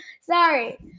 Sorry